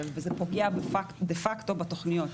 וזה פוגע דה-פקטו בתוכניות.